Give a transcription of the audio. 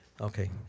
okay